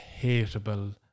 hateable